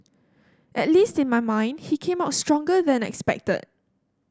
at least in my mind he came out stronger than expected